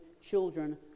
children